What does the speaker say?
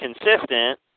consistent